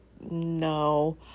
no